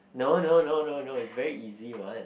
no no no no no is very easy one